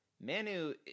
Manu